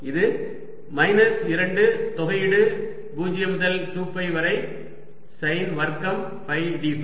இது மைனஸ் 2 தொகையீடு 0 முதல் 2 பை வரை சைன் வர்க்கம் ஃபை d ஃபை